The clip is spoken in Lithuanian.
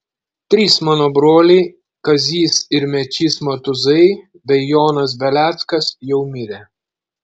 trys mano broliai kazys ir mečys matuzai bei jonas beleckas jau mirę